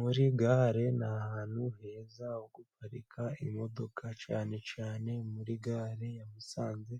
Muri Gare ni ahantu heza ho guparika imodoka, cyane cyane muri Gare ya Musanze,